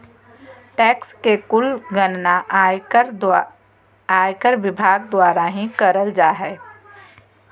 tax के कुल गणना आयकर विभाग द्वारा ही करल जा हय